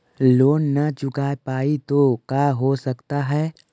Loan न चुका पाई तो का हो सकता है?